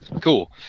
Cool